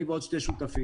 אני ועוד שני שותפים,